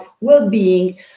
well-being